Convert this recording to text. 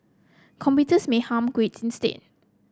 computers may harm grades instead